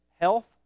health